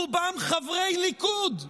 רובם חברי הליכוד,